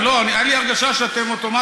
על מה שלא מגיע שאפו עכשיו זה למה לקח לך